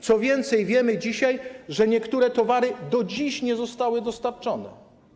Co więcej, wiemy dzisiaj, że niektóre towary do dziś nie zostały dostarczone.